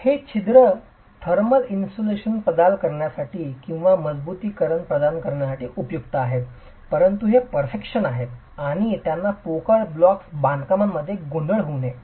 हे छिद्र thermal insulation प्रदान करण्यासाठी किंवा मजबुतीकरण प्रदान करण्यासाठी उपयुक्त आहेत परंतु हे परफेक्शन आहेत आणि त्यांना पोकळ ब्लॉक बांधकामांमध्ये गोंधळ होऊ नये